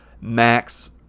max